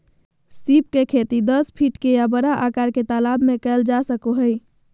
सीप के खेती दस फीट के या बड़ा आकार के तालाब में कइल जा सको हइ